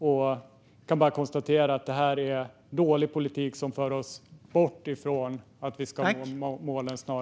Jag kan bara konstatera att detta är dålig politik som för oss bort från att vi ska nå målen snarare än mot att vi ska nå dem.